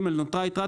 נותרה יתרה,